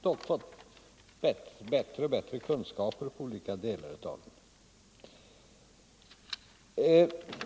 Vi har fått bättre och bättre kunskaper i olika delar av frågan.